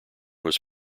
was